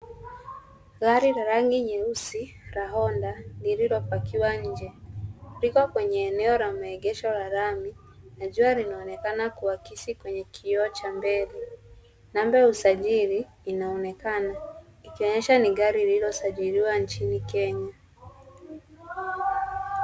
Gari la rangi nyeusi la honda lililopakiwa nje liko kwenye eneo la maegesho la lami na jua linaonekana kuakisi kwenye kioo cha mbele namba ya usjili inaonekana ikionyesha ni gari lililosajiliwa nchini kenya.